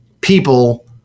people